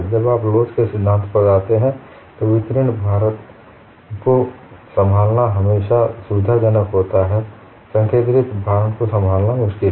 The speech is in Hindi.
जब आप लोच के सिद्धांत पर आते हैं तो वितरित भारण को संभालना हमेशा सुविधाजनक होता है संकेन्द्रित भार को संभालना मुश्किल है